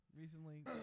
recently